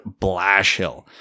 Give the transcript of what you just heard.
Blashill